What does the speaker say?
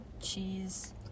cheese